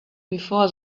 before